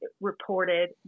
reported